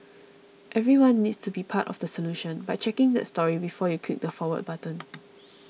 everyone needs to be part of the solution by checking that story before you click the Forward button